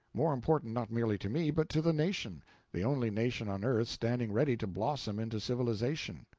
more important, not merely to me, but to the nation the only nation on earth standing ready to blossom into civilization.